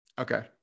Okay